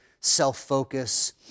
self-focus